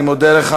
אני מודה לך.